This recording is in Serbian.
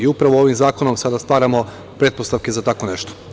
Upravo ovim zakonom sada stvaramo pretpostavke za tako nešto.